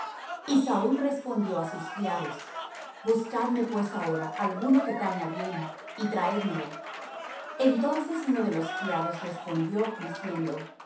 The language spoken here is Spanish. y saúl respondió á sus criados buscadme pues ahora alguno que taña bien y traédmelo entonces uno de los criados respondió diciendo